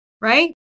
Right